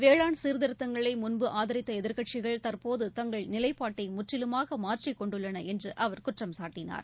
வேளாண் சீர்திருத்தங்களை முன்பு ஆதரித்த எதிர்க்கட்சிகள் தற்போது தங்கள் நிலைப்பாட்டை முற்றிலுமாக மாற்றிக்கொண்டுள்ளன என்று அவர் குற்றம்சாட்டினார்